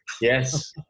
Yes